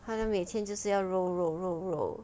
他那每天就是要肉肉肉肉